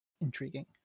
intriguing